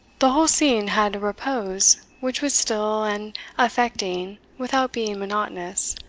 the whole scene had a repose, which was still and affecting without being monotonous.